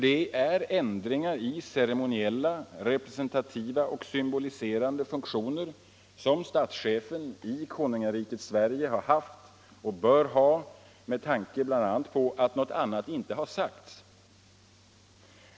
Det är ändringar i ceremoniella, representativa och symboliserande funktioner som statschefen i konungariket Sverige har haft och bör ha med tanke bl.a. på att något annat inte sagts.